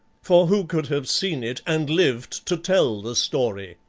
for who could have seen it and lived to tell the story?